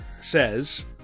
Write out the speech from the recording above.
says